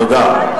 תודה.